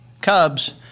cubs